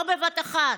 לא בבת אחת,